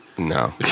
No